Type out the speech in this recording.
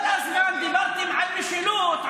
כל הזמן דיברתם על משילות,